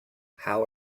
how